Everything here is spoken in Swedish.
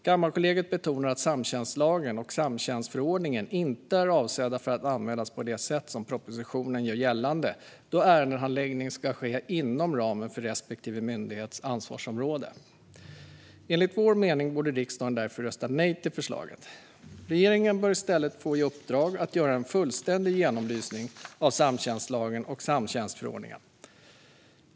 Kammarkollegiet betonar att samtjänstlagen och samtjänstförordningen inte är avsedda att användas på det sätt som propositionen gör gällande, då ärendehandläggning ska ske inom ramen för respektive myndighets ansvarsområde. Enligt vår mening borde riksdagen därför rösta nej till förslaget. Regeringen bör i stället få i uppdrag att göra en fullständig genomlysning av samtjänstlagen och samtjänstförordningen.